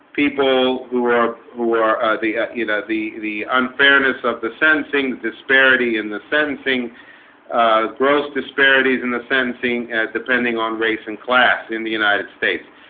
people who are who are the you know the the unfairness of the sentencing disparity in the sentencing gross disparities in the sentencing at depending on race and class in the united states.